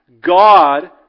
God